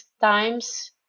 times